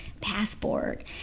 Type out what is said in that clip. passport